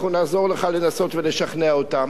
אנחנו נעזור לך לנסות ולשכנע אותם,